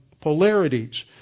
polarities